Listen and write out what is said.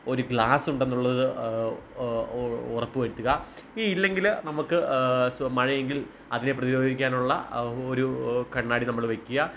ഒരു ഗ്ലാസ് ഉണ്ടെന്നുള്ളത് ഉറപ്പ് വരുത്തുക ഇനി ഇല്ലെങ്കിൽ നമുക്ക് സൊ മഴയെങ്കിൽ അതിനെ പ്രതിരോധിക്കാനുള്ള ഒരു കണ്ണാടി നമ്മൾ വയ്ക്കുക